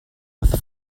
with